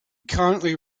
currently